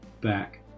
back